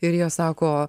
ir jie sako